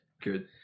Good